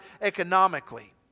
economically